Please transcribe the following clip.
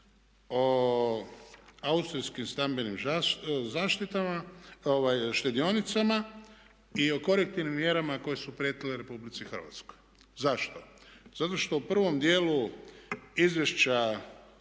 o austrijskim stambenim štedionicama i o korektivnim mjerama koje su prijetile Republici Hrvatskoj. Zašto? Zato što u prvom dijelu izvješća,